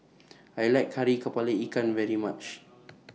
I like Kari Kepala Ikan very much